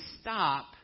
stop